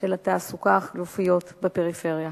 של התעסוקה החלופית בפריפריה,